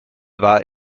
war